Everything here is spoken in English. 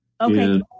Okay